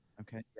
okay